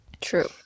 True